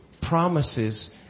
promises